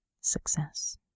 success